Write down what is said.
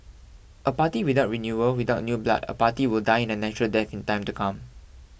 a party without renewal without new blood a party will die in a natural death in time to come